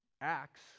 Acts